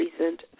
recent